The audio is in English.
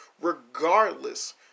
regardless